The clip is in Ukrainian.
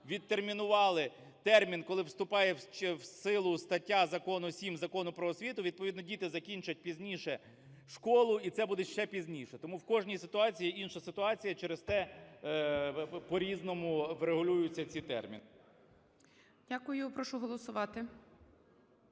мивідтермінували термін, коли вступає в силу стаття 7 Закону "Про освіту", відповідно діти закінчать пізніше школу, і це буде ще пізніше. Тому в кожній ситуації інша ситуація, через те по-різному врегулюються ці терміни. ГОЛОВУЮЧИЙ. Дякую. Прошу голосувати.